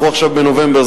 אנחנו עכשיו בנובמבר,